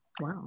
Wow